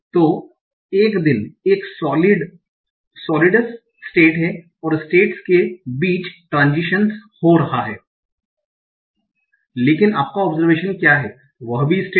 तो एक दिन एक सोलिडस स्टेट है और स्टेट्स के बीच ट्रांसजिशन्स हो रहा है लेकिन आपका ओबजरवेशन क्या है वह भी स्टेट है